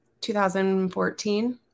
2014